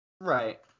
Right